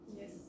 Yes